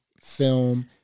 film